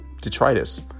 detritus